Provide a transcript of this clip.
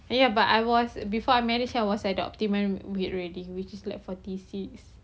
ya but I was before I married I was at the optimal weight already which is like forty six